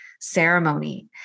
ceremony